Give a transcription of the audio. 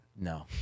No